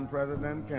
President